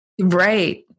Right